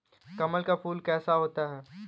कमल का फूल कैसा होता है?